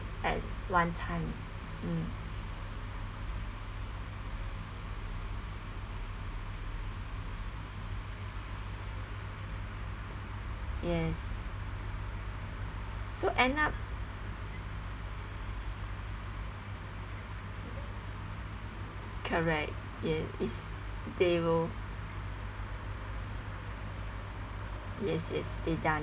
at one time mm yes so end up correct yes they will yes yes it done